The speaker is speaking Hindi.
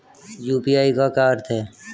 यू.पी.आई का क्या अर्थ है?